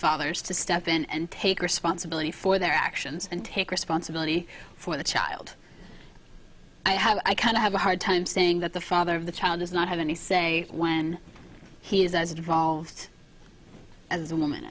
fathers to step in and take responsibility for their actions and take responsibility for the child i have i kind of have a hard time saying that the father of the child does not have any say when he is as evolved as a woman